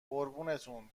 قربونتون